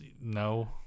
no